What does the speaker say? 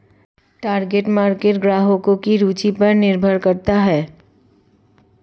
target market ग्राहकों की रूचि पर निर्भर करता है